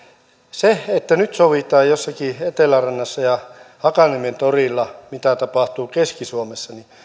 se että nyt sovitaan jossakin etelärannassa ja hakaniemen torilla mitä tapahtuu keski suomessa